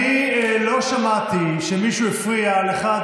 אני לא שמעתי שמישהו הפריע לך,